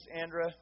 Andra